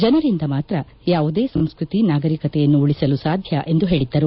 ಜನರಿಂದ ಮಾತ್ರ ಯಾವುದೇ ಸಂಸ್ಕೃತಿ ನಾಗರಿಕತೆಯನ್ನು ಉಳಿಸಲು ಸಾಧ್ಯ ಎಂದು ಹೇಳಿದ್ದರು